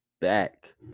back